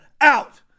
Out